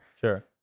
Sure